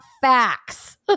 facts